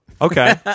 Okay